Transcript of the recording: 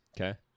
Okay